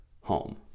home